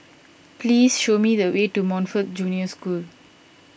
please show me the way to Montfort Junior School